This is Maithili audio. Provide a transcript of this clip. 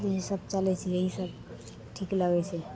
इएह सभ चलय छै यही सभ ठीक लगय छै